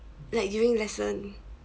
like during lesson